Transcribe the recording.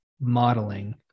modeling